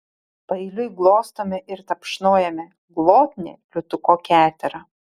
paeiliui glostome ir tapšnojame glotnią liūtuko keterą